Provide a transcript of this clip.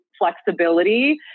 flexibility